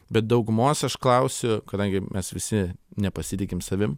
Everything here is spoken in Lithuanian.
bet daugumos aš klausiu kadangi mes visi nepasitikim savim